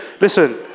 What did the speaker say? listen